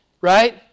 Right